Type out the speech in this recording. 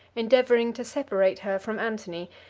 endeavoring to separate her from antony,